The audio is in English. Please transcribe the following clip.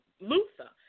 Luther